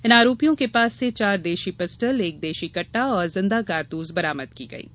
इन आरोपियों के पास से चार देशी पिस्टल एक देशी कट्टा और जिंदा कारतूस बरामद किया गया है